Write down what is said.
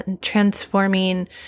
transforming